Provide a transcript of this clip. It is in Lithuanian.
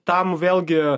tam vėlgi